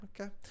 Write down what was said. Okay